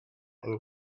and